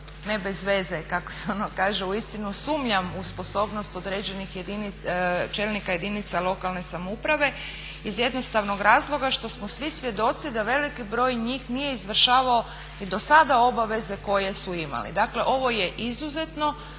ne bezveze kako se ono kaže uistinu sumnjam u sposobnost određenih čelnika jedinica lokalne samouprave iz jednostavnog razloga što smo svi svjedoci da veliki broj njih nije izvršavao ni dosada obaveze koje su imali. Dakle, ovo je izuzetno